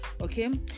okay